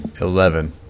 Eleven